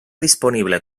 disponible